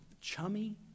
chummy